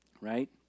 right